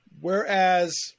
Whereas